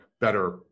better